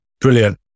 Brilliant